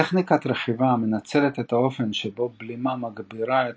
טכניקת רכיבה המנצלת את האופן שבו בלימה מגבירה את